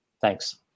Thanks